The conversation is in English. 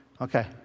Okay